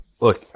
Look